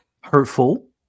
Hurtful